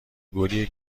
گلیه